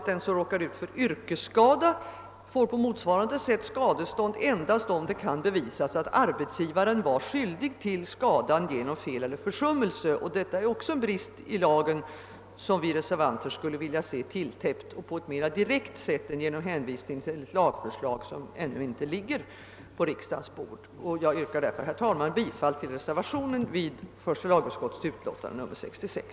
Den som råkar ut för yrkesskada får på motsvarande sätt skadestånd endast om det kan bevisas, att arbetsgivaren var skyldig till skadan genom fel eller försummelse. Detta är också en brist i lagen, som vi reservanter skulle vilja se eliminerad på ett mera direkt sätt än genom hänvisning till ett lagförslag som ännu inte ligger på riksdagens bord. Jag yrkar, herr talman, bifall till reservationen av herr Lidgard vid första lagutskottets utlåtande nr 66.